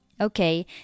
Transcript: Okay